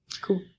Cool